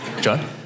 John